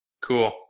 Cool